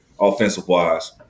offensive-wise